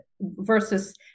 versus